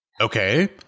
okay